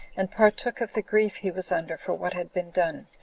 and partook of the grief he was under for what had been done.